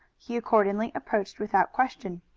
he accordingly approached without question.